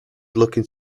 looking